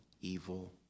evil